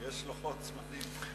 יש לוחות זמנים.